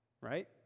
right